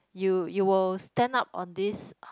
you you will stand up on this